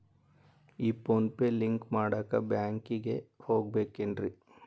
ಈ PhonePe link ಮಾಡಾಕ ಬ್ಯಾಂಕಿಗೆ ಹೋಗ್ಬೇಕೇನ್ರಿ?